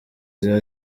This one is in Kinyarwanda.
ziba